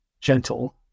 gentle